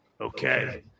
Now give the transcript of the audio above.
Okay